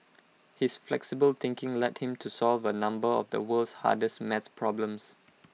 his flexible thinking led him to solve A number of the world's hardest maths problems